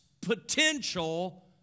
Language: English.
potential